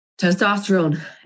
Testosterone